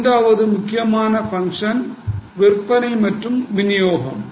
மூன்றாவது முக்கியமான பங்கு விற்பனை மற்றும் விநியோகம்